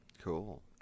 Cool